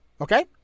Okay